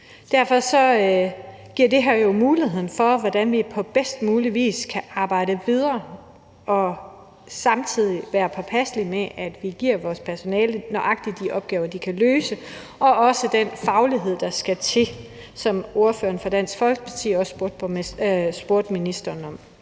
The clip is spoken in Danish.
Derfor giver det her jo mulighed for, at vi på bedst mulig vis kan arbejde videre og samtidig være påpasselige med, at vi giver vores personale nøjagtig de opgaver, de kan løse, og også den faglighed, der skal til, som ordføreren for Dansk Folkeparti også spurgte ministeren om.